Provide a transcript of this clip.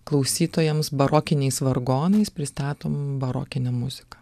klausytojams barokiniais vargonais pristatom barokinę muziką